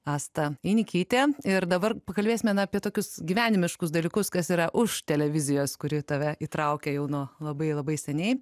asta einikytė ir dabar pakalbėsime na apie tokius gyvenimiškus dalykus kas yra už televizijos kuri tave įtraukė jau nuo labai labai seniai